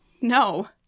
No